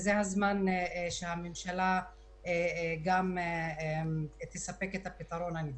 זה הזמן שהממשלה תספק את הפתרון הנדרש.